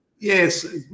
Yes